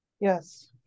yes